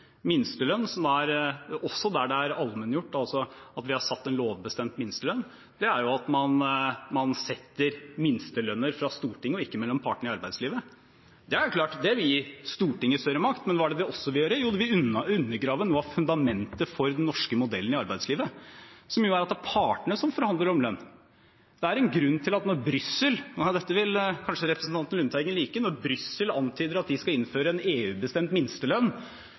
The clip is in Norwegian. også der det er allmenngjort, altså at vi har fastsatt en lovbestemt minstelønn, er det at man fastsetter minstelønn fra Stortinget og ikke mellom partene i arbeidslivet. Det vil gi Stortinget større makt, men hva vil det også gjøre? Jo, det vil undergrave noe av fundamentet for den norske modellen i arbeidslivet, som er at det er partene som forhandler om lønn. Når Brussel – og dette vil kanskje representanten Lundteigen like – antyder at de skal innføre en EU-bestemt minstelønn,